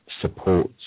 supports